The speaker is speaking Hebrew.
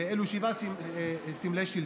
הם שבעה סמלי שלטון.